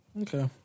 Okay